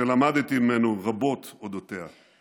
למדתי רבות על אודותיה.